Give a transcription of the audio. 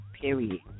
period